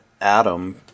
Adam